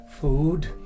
Food